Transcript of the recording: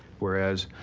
whereas,